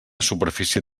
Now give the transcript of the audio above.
superfície